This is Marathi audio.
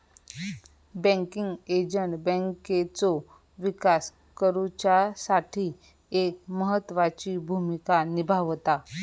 बँकिंग एजंट बँकेचो विकास करुच्यासाठी एक महत्त्वाची भूमिका निभावता